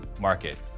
market